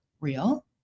real